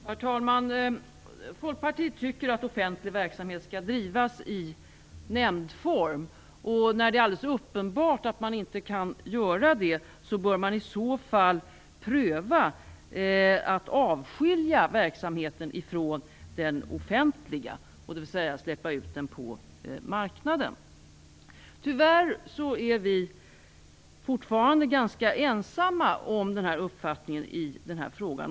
Herr talman! Vi i Folkpartiet anser att offentlig verksamhet skall drivas i nämndform. När det är alldeles uppenbart att man inte kan göra det bör man i så fall pröva att avskilja verksamheten från den offentliga, dvs. släppa ut den på marknaden. Tyvärr är vi fortfarande ganska ensamma om den uppfattningen i den här frågan.